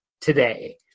today